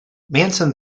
manson